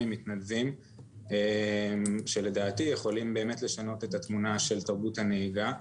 ממתנדבים שלדעתי יכולים באמת לשנות את התמונה של תרבות הנהיגה.